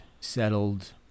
settled